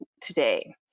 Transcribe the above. today